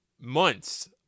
months